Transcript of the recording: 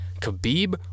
Khabib